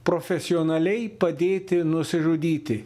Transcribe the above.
profesionaliai padėti nusižudyti